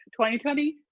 2020